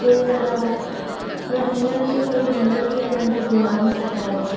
फुई वेंदा हुआ या हिननि खे पूरी ज़िंदगी पंहिंजो गुलाम चवंदा हुआ